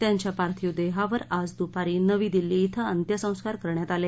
त्यांच्या पार्थिव देहावर आज दूपारी नवी दिल्ली कें अंत्यसंस्कार करण्यात आले